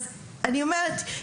אז אני אומרת,